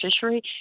fishery